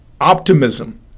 optimism